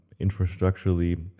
infrastructurally